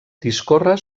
discorre